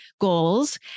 goals